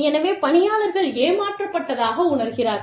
எனவே பணியாளர்கள் ஏமாற்றப்பட்டதாக உணர்கிறார்கள்